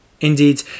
Indeed